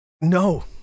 No